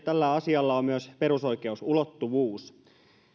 tällä asialla on myös perusoikeusulottuvuus